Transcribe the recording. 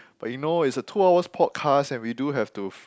but you know it's a two hours podcast and we do have to